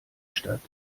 statt